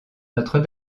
notre